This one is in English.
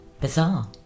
bizarre